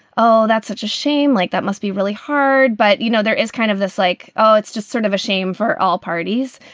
oh, that's such a shame. like that must be really hard. but, you know, there is kind of this like, oh, it's just sort of a shame for all parties.